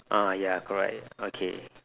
uh ya correct okay